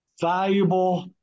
valuable